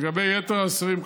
ולגבי יתר האסירים,